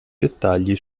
dettagli